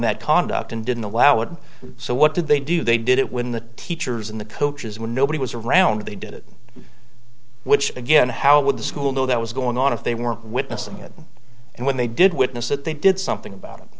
that conduct and didn't allow it and so what did they do they did it when the teachers and the coaches when nobody was around they did it which again how would the school know that was going on if they were witnessing it and when they did witness that they did something about